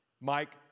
Mike